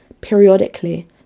periodically